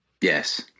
Yes